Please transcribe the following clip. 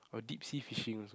or deep sea fishing also